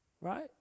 Right